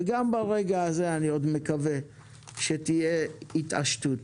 גם ברגע זה אני עוד מקווה שתהיה התעשתות.